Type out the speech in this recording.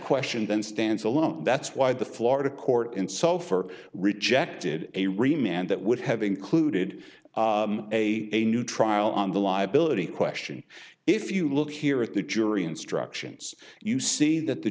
question then stands alone that's why the florida court and so for rejected a remain and that would have included a a new trial on the liability question if you look here at the jury instructions you see that the